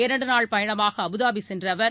இரண்டு நாள் பயணமாக அபுதாபி சென்ற அவர்